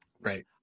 Right